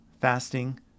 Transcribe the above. fasting